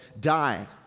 die